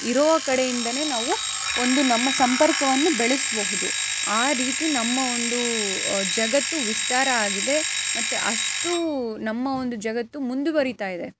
ಇರುವ ಕಡೆಯಿಂದಲೇ ನಾವು ಒಂದು ನಮ್ಮ ಸಂಪರ್ಕವನ್ನು ಬೆಳೆಸಬಹುದು ಆ ರೀತಿ ನಮ್ಮ ಒಂದು ಜಗತ್ತು ವಿಸ್ತಾರ ಆಗಿದೆ ಮತ್ತು ಅಷ್ಟು ನಮ್ಮ ಒಂದು ಜಗತ್ತು ಮುಂದುವರಿಯುತ್ತಾ ಇದೆ